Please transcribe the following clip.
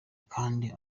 kandi